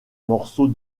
morceau